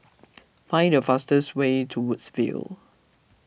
find the fastest way to Woodsville